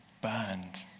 burned